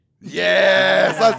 Yes